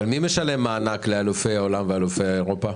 אבל מי משלם מענק לאלופי העולם ואלופי אירופה?